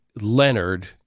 Leonard